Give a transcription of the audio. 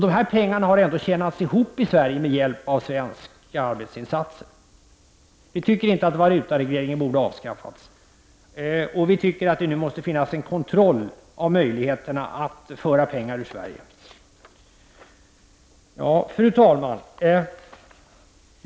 Dessa pengar har ändå tjänats ihop i Sverige med hjälp av svenska arbetsinsatser. Vi tycker inte att valutaregleringen skulle ha avskaffats, och vi tycker att det måste finnas en kontroll av möjligheterna att föra pengar ur Sverige. Fru talman!